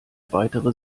weitere